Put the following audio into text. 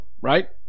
right